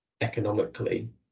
economically